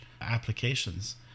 applications